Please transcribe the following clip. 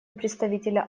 представителя